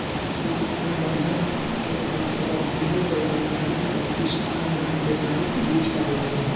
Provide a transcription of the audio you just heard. एगो अनुबंध के अंतरगत दिहल गईल ब्यपारी प्रतिष्ठान ब्यपारिक लीज कहलाला